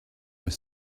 were